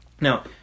Now